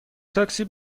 تاکسی